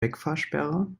wegfahrsperre